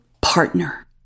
partner